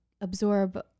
absorb